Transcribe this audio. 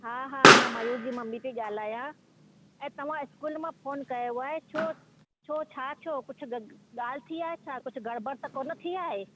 हा हा मां मयूर जी मम्मी थी ॻाल्हायां ऐं तव्हां इस्कूल मां फ़ोन कयो आहे छो छो छा थियो कुझु ॻाल्हि थी आहे छा कुझु गड़बड़ त कोन्ह थी आहे